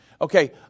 Okay